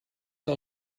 que